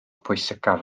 pwysicaf